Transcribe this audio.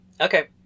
Okay